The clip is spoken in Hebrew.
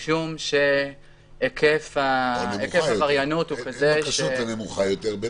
משום שהיקף העבריינות הוא כזה --- או נמוכה יותר.